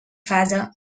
fase